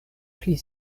pli